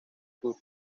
wood